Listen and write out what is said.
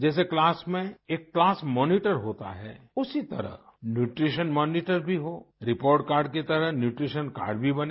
जैसे क्लास में एक क्लास मॉनीटर होता है उसी तरह न्यूट्रिशन मॉनीटर भी हो रिपोर्ट कार्ड की तरह न्यूट्रिशन कार्ड भी बने